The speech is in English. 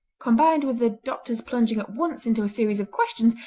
combined with the doctor's plunging at once into a series of questions,